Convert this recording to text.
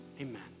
Amen